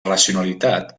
racionalitat